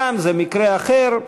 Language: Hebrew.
כאן זה מקרה אחר,